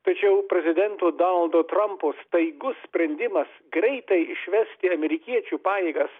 tačiau prezidento danaldo trampo staigus sprendimas greitai išvesti amerikiečių pajėgas